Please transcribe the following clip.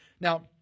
Now